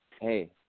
hey